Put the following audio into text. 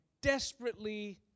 desperately